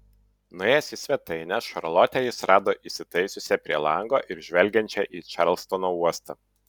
nuėjęs į svetainę šarlotę jis rado įsitaisiusią prie lango ir žvelgiančią į čarlstono uostą